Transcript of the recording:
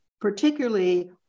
particularly